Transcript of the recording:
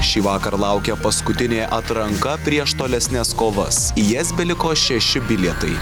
šįvakar laukia paskutinė atranka prieš tolesnes kovas į jas beliko šeši bilietai